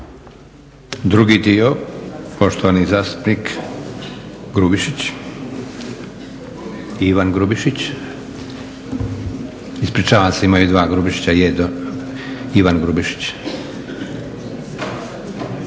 Drugi dio, poštovani zastupnik Grubišić, Ivan Grubišić. Ispričavam se imaju dva Grubišića, Ivan Grubišić.